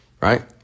right